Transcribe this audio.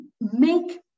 make